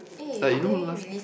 like you know last